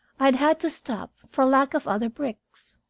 i had had to stop for lack of other bricks.